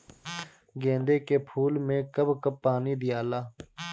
गेंदे के फूल मे कब कब पानी दियाला?